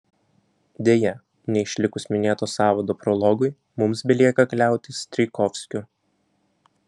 deja neišlikus minėto sąvado prologui mums belieka kliautis strijkovskiu